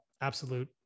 absolute